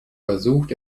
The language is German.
versucht